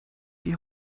die